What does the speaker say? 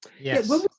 yes